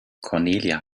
cornelia